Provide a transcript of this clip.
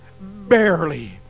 barely